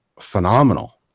phenomenal